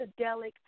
psychedelic